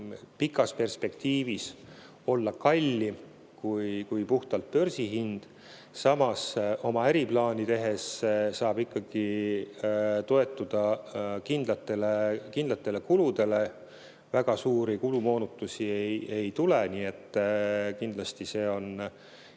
pikas perspektiivis olla kallim kui puhtalt börsihind. Samas, oma äriplaani tehes saab ikkagi toetuda kindlatele kuludele, väga suuri kulumoonutusi ei tule. Nii et kindlasti see on